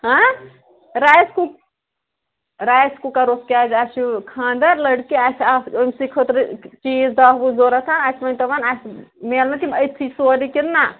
rice کُو rice cooker اوس کیٛازِ اَسہِ چھُ خانٛدَر لٔڑکی اَسہِ آسہٕ أمۍ سٕے خٲطرٕ چیٖز دَہ وُہ ضروٗرت اَسہِ ؤنۍتو وۅنۍ اَسہِ میلنہٕ تِم أتۍتھٕے سورُے کِنہٕ نہَ